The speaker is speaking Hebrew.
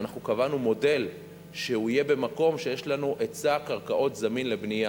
ואנחנו קבענו מודל שהוא יהיה במקום שיש לנו היצע קרקעות זמין לבנייה.